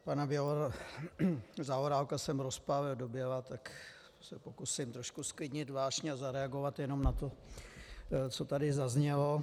Pana Zaorálka jsem rozpálil doběla, tak se pokusím trošku zklidnit vášně a zareagovat jenom na to, co tady zaznělo.